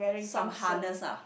some harness ah